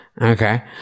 Okay